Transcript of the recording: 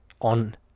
on